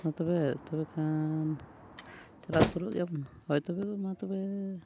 ᱢᱟ ᱛᱚᱵᱮ ᱛᱚᱵᱮ ᱠᱷᱟᱱ ᱪᱟᱞᱟᱣ ᱩᱛᱟᱹᱨᱚᱜ ᱜᱮᱭᱟᱵᱚᱱ ᱦᱳᱭ ᱛᱚᱵᱮ ᱢᱟ ᱛᱚᱵᱮ